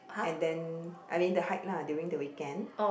and then I mean the hike lah during the weekend